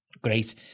Great